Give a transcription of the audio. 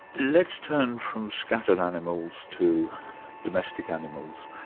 let's turn from scattered animals to domestic animals,